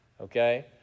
Okay